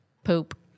poop